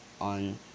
on